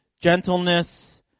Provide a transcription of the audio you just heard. Gentleness